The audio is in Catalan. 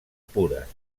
pures